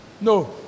no